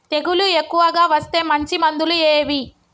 తెగులు ఎక్కువగా వస్తే మంచి మందులు ఏవి?